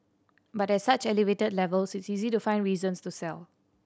but at such elevated levels it's easy to find reasons to sell